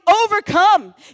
overcome